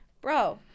bro